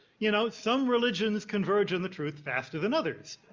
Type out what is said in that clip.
you know, some religions converge in the truth faster than others.